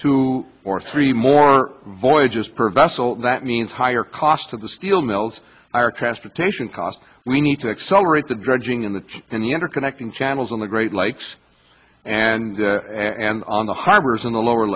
two or three more voyages per vessel that means higher cost to the steel mills our transportation costs we need to accelerate the dredging in the in the interconnecting channels in the great lakes and and on the harbors in the lower